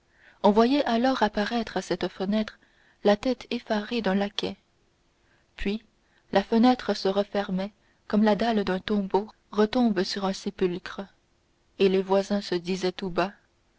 on voyait alors apparaître à cette fenêtre la tête effarée d'un laquais puis la fenêtre se refermait comme la dalle d'un tombeau retombe sur un sépulcre et les voisins se disaient tout bas